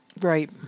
Right